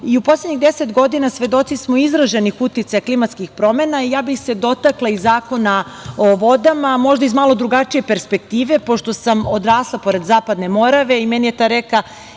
poslednjih deset godina svedoci smo izraženih uticaja klimatskih promena i ja bih se dotakla i Zakona o vodama, možda iz malo drugačije perspektive, pošto sam odrasla pored Zapadne Morave i meni je ta reka